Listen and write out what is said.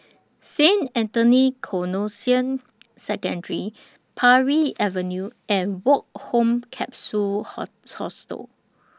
Saint Anthony's Canossian Secondary Parry Avenue and Woke Home Capsule Hostel